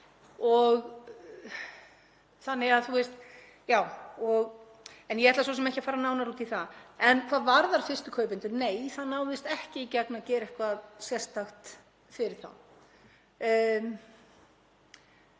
heimilanna hvort eð er en ég ætla svo sem ekki að fara nánar út í það. Hvað varðar fyrstu kaupendur, nei, það náðist ekki í gegn að gera eitthvað sérstakt fyrir þá.